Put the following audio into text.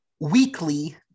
weekly